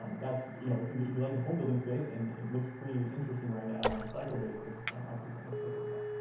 um you know if you if you like the homebuilding space, and it looks pretty interesting right now on a cycle basis, that might be one to take a look at.